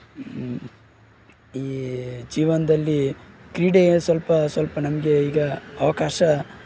ಈ ಜೀವನದಲ್ಲಿ ಕ್ರೀಡೆಯ ಸ್ವಲ್ಪ ಸ್ವಲ್ಪ ನಮಗೆ ಈಗ ಅವಕಾಶ